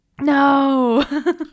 no